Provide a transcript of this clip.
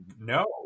No